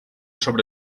sobre